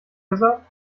gesagt